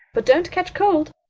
but don't catch cold.